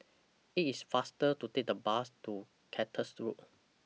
IT IS faster to Take The Bus to Cactus Road